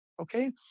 Okay